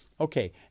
Okay